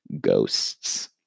ghosts